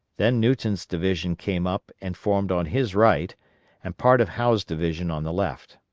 then newton's division came up and formed on his right and part of howe's division on the left.